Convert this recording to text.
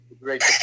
Great